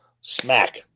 smack